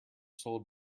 sold